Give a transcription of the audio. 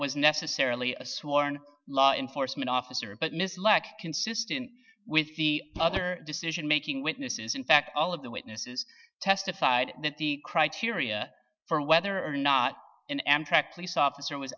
was necessarily a sworn law enforcement officer but misled consistent with the other decision making witnesses in fact all of the witnesses testified that the criteria for whether or not an amtrak police officer was